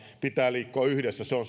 pitää liikkua yhdessä se on